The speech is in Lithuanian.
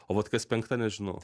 o vat kas penkta nežinau